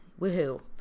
woohoo